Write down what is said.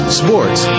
sports